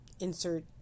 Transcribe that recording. insert